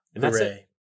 Hooray